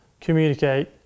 communicate